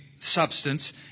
substance